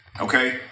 Okay